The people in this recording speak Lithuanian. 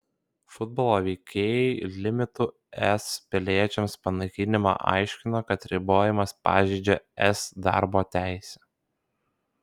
futbolo veikėjai limitų es piliečiams panaikinimą aiškino kad ribojimas pažeidžią es darbo teisę